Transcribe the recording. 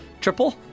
triple